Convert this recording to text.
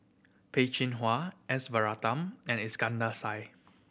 Peh Chin Hua S Varathan and Iskandar Shah